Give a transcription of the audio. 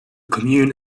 commune